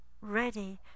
ready